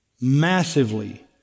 massively